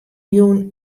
jûn